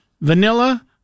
vanilla